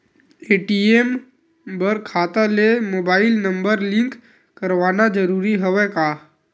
ATM बर खाता ले मुबाइल नम्बर लिंक करवाना ज़रूरी हवय का?